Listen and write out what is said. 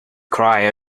cry